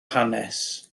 hanes